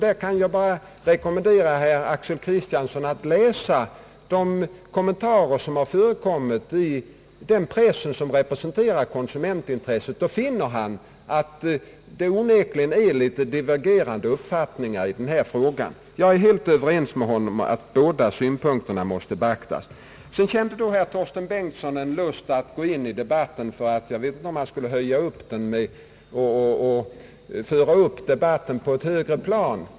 Jag kan rekommendera herr Axel Kristiansson att läsa de kommentarer som förekommit i den press som representerar konsumentintresset. Då finner han, att det onekligen föreligger divergerande uppfattningar i denna fråga. Jag är helt överens med honom om att båda synpunkterna måste beaktas. Så kände då herr Torsten Bengtson en lust att gå in i debatten — om det nu var för att han ville lyfta upp den på ett högre plan.